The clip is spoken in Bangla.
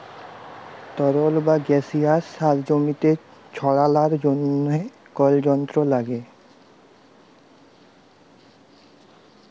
তরল বা গাসিয়াস সার জমিতে ছড়ালর জন্হে কল যন্ত্র লাগে